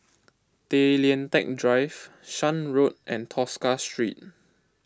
Tay Lian Teck Drive Shan Road and Tosca Street